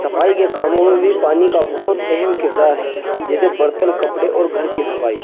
صفائی کے کاموں میں بھی پانی کا بہت اہم کردار ہے جیسے برتن کپڑے اور گھر کی صفائی